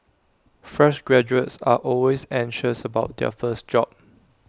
fresh graduates are always anxious about their first job